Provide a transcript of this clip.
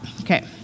okay